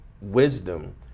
wisdom